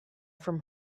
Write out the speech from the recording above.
from